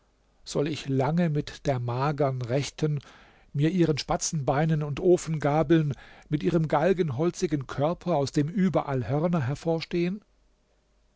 soll ich lange mit der magern rechten mir ihren spatzenbeinen und ofengabeln mit ihrem galgenholzigen körper aus dem überall hörner hervorstehen